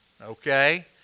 okay